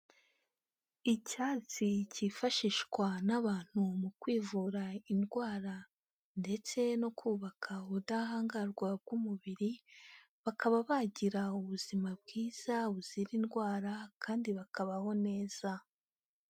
Icyatsi cyifashishwa n'abantu, mu kwivura indwara, ndetse no kubaka ubudahangarwa bw'umubiri, bakaba bagira ubuzima bwiza buzira indwara, kandi bakabaho neza.